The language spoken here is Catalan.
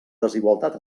desigualtat